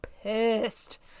pissed